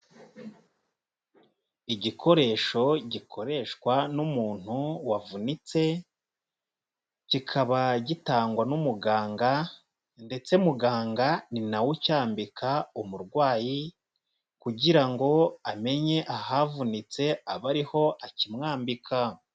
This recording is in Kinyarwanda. Igikoresho gikoreshwa n'umuntu wavunitse, kikaba gitangwa n'umuganga ndetse muganga ni na we ucyambika umurwayi kugira ngo amenye ahavunitse aba ariho akimwambika.